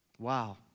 Wow